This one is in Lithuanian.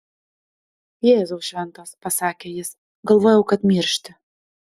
jėzau šventas pasakė jis galvojau kad miršti